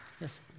Yes